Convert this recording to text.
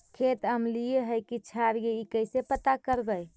खेत अमलिए है कि क्षारिए इ कैसे पता करबै?